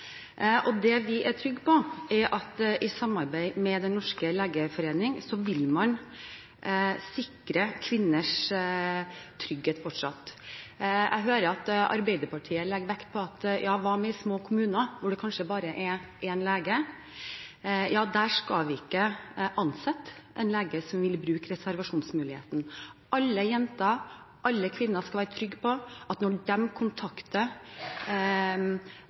Det vi er trygge på, er at man i samarbeid med Den norske legeforening fortsatt vil sikre kvinners trygghet. Jeg hører at Arbeiderpartiet legger vekt på små kommuner, hvor det kanskje er bare én lege. Der skal vi ikke ansette en lege som vil bruke reservasjonsmuligheten. Alle jenter, alle kvinner skal være trygge på at når de kontakter